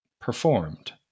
performed